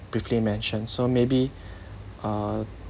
briefly mentioned so maybe uh